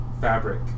fabric